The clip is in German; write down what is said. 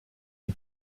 die